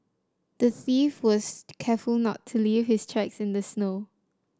the thief was careful to not leave his tracks in the snow